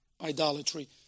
Idolatry